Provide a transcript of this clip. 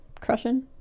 crushing